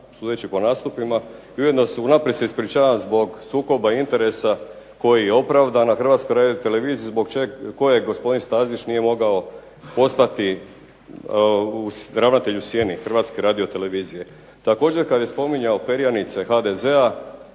I ujedno unaprijed se ispričavam zbog sukoba interesa koji je opravdan na Hrvatskoj radioteleviziji koje gospodin Stazić nije mogao poslati ravnatelju …/Ne razumije se./… Hrvatske radiotelevizije. Također kad je spominjao perjanice HDZ-a,